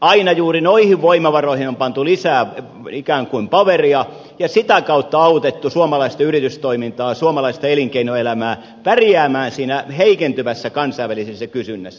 aina juuri noihin voimavaroihin on pantu lisää ikään kuin poweria ja sitä kautta autettu suomalaista yritystoimintaa suomalaista elinkeinoelämää pärjäämään siinä heikentyvässä kansainvälisessä kysynnässä